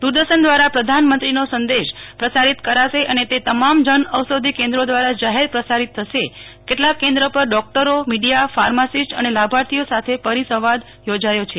દૂરદર્શન દ્વારા પ્રધાનમંત્રીનો સંદેશ પ્રસારિત કરાશે અને તે તમામ જનોષધિ કેન્દ્રો દ્વારા જાહેર પ્રસારીત થશે કેટલાક કેન્દ્ર પર ડોકટરો મીડીયા ફાર્માસીસ્ટ અને લાભાર્થીઓ સાથે પરિસાંદ યોજાયો છે